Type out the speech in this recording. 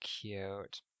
cute